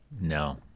No